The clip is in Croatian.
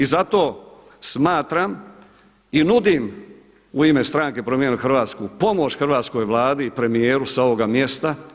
I zato smatram i nudim u ime stranke Promijenimo Hrvatsku pomoć hrvatskoj Vladi i premijeru sa ovoga mjesta.